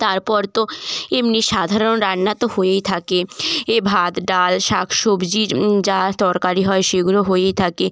তারপর তো এমনি সাধারণ রান্না তো হয়েই থাকে এ ভাত ডাল শাক সব্জি যা তরকারি হয় সেগুলো হয়েই থাকে